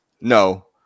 No